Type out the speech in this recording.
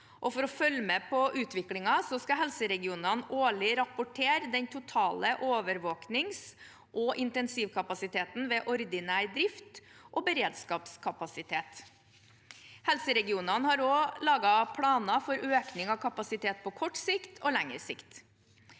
For å følge med på utviklingen skal helseregionene årlig rapportere den totale overvåknings- og intensivkapasiteten ved ordinær drift og beredskapskapasitet. Helseregionen har også laget planer for økning av kapasiteten på kort sikt og lengre sikt.